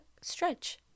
stretch